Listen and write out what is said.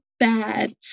bad